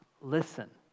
listen